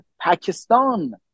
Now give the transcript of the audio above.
Pakistan